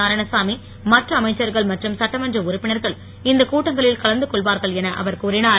நாராயணசாமி மற்ற அமைச்சர்கள் மற்றும் சட்டமன்ற உறுப்பினர்கள் இந்த கூட்டங்களில் கலந்து கொன்வார்கள் என அவர் கூறினார்